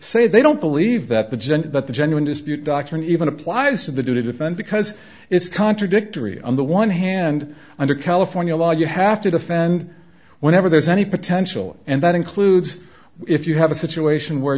say they don't believe that the gent that the genuine dispute doctrine even applies to the do to defend because it's contradictory on the one hand under california law you have to defend whenever there's any potential and that includes if you have a situation where